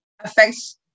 affects